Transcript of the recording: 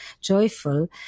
joyful